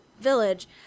village